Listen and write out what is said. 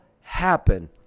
happen